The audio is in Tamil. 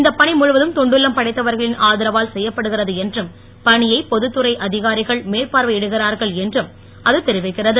இந்தப் பணி முழுவதும் தொண்டுள்ளம் படைத்தவர்களின் ஆதரவால் செய்யப்படுகிறது என்றும் பணியை பொதுப்பணித் துறை அதிகாரிகள் மேற்பார்வையிடுகிறார்கள் என்றும் அது தெரிவிக்கிறது